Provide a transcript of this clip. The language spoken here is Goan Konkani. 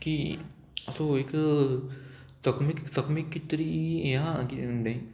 की असो एक चकमीक चकमीक कित तरी हें आहा कितें म्हणटा तें